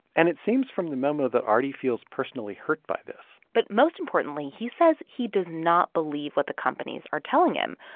and it seems from the memo that arty feels personally hurt by this but most importantly, he says he does not believe what the companies are telling him,